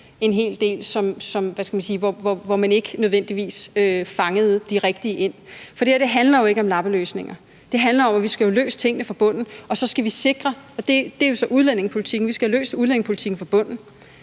skal man sige, ikke nødvendigvis fangede de rigtige ind. Det her handler jo ikke om lappeløsninger; det handler om, at vi skal have løst tingene fra bunden – og det er jo så udlændingepolitikken, nemlig at vi skal have løst udlændingepolitikken fra bunden.